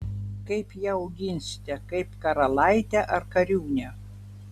kaip ją auginsite kaip karalaitę ar kariūnę